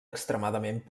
extremadament